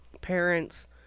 parents